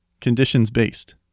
conditions-based